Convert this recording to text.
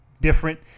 different